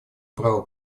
право